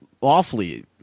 awfully